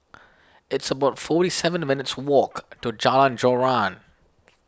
it's about forty seven minutes' walk to Jalan Joran